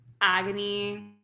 agony